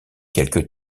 quelques